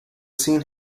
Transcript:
scene